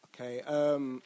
Okay